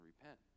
repent